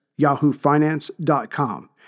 yahoofinance.com